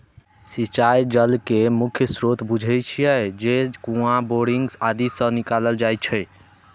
सिंचाइ जल केर मुख्य स्रोत भूजल छियै, जे कुआं, बोरिंग आदि सं निकालल जाइ छै